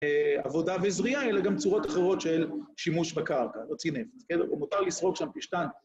עבודה וזריעה, אלא גם צורות אחרות של שימוש בקרקע, להוציא נפט, כן, הוא מותר לסרוק שם פשטן.